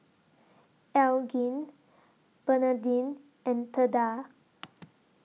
Elgin Bernadine and Theda